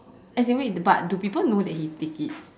as in wait but do people know that he take it